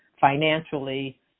financially